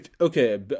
Okay